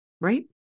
right